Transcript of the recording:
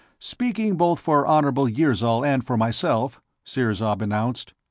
speaking both for honorable yirzol and for myself, sirzob announced,